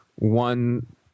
One